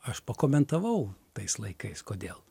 aš pakomentavau tais laikais kodėl